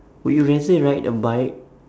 would you rather ride a bike